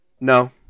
No